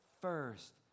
first